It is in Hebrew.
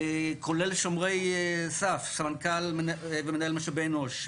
כולל שומרי סף סמנכ"ל ומנהל משאבי אנוש,